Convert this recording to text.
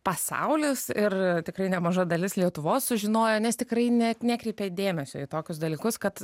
pasaulis ir tikrai nemaža dalis lietuvos sužinojo nes tikrai net nekreipė dėmesio į tokius dalykus kad